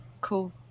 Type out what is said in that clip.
Cool